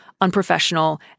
unprofessional